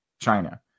China